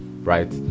right